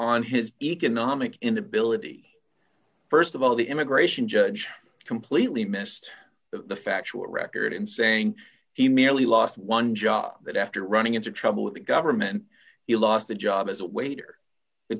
on his economic inability st of all the immigration judge completely missed the factual record in saying he merely lost one job that after running into trouble with the government he lost the job as a waiter the